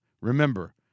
Remember